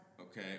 Okay